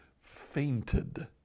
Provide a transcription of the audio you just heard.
fainted